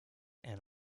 and